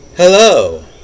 Hello